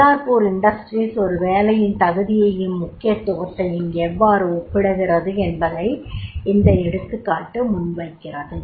Ballarpur Industries ஒரு வேலையின் தகுதியையும் முக்கியத்துவத்தையும் எவ்வாறு ஒப்பிடுகிறது என்பதை இந்த எடுத்துக்காட்டு முன்வைக்கிறது